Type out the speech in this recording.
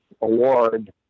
award